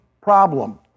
problem